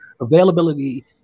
Availability